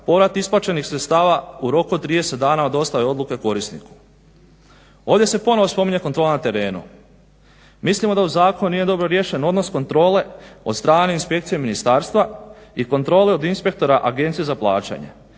povrat isplaćenih sredstava u roku od 30 dana od dostave odluke korisniku. Ovdje se ponovo spominje kontrola na terenu, mislimo da u zakonu nije dobro riješen odnos kontrole od strane inspekcije ministarstva i kontrole od inspektora agencije za plaćanje.